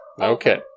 Okay